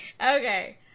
Okay